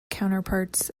counterparts